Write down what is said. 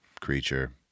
creature